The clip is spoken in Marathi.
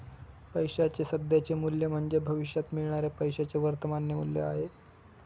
पैशाचे सध्याचे मूल्य म्हणजे भविष्यात मिळणाऱ्या पैशाचे वर्तमान मूल्य आहे